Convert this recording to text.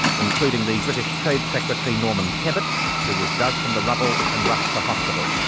including the british trade secretary norman tebbit who was dug from the rubble and rushed to hospital.